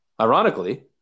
ironically